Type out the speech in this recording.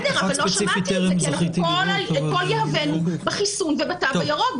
כל יהבנו בחיסון ובתו הירוק.